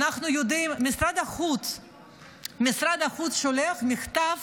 משרד החוץ שולח מכתב